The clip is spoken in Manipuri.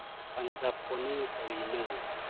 ꯄꯟꯖꯥꯄ ꯀꯣꯅꯨꯡ ꯀꯔꯤꯅꯣ